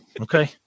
Okay